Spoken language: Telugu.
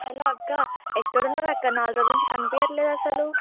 హలో అక్క ఎక్కడున్నారు అక్క నాలుగు రోజుల నుంచి కనపడట్లేదు అసలు